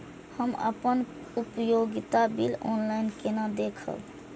हम अपन उपयोगिता बिल ऑनलाइन केना देखब?